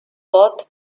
both